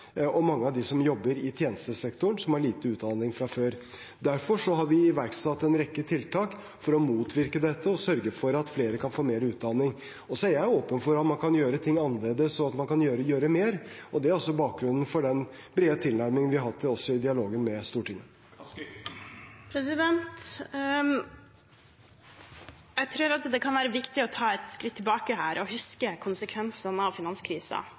og mange av dem som jobber i tjenestesektoren, som har lite utdanning fra før. Derfor har vi iverksatt en rekke tiltak for å motvirke dette, og for å sørge for at flere kan få mer utdanning. Også jeg er åpen for at man kan gjøre ting annerledes, og at man kan gjøre mer. Det er også bakgrunnen for den brede tilnærmingen vi har hatt i dialogen med Stortinget. Jeg tror det kan være viktig å ta et skritt tilbake og huske konsekvensene av